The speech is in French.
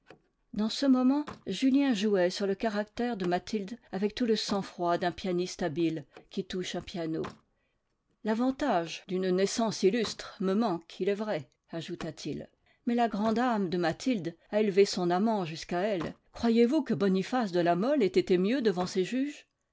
dans ce moment julien jouait sur le caractère de mathilde avec tout le sang-froid d'un pianiste habile qui touche un piano l'avantage d'une naissance illustre me manque il est vrai ajouta-t-il mais la grande âme de mathilde a élevé son amant jusqu'à elle croyez-vous que boniface de la mole ait été mieux devant ses juges